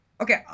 okay